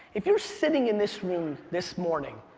if you're sitting in this room this morning,